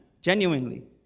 Genuinely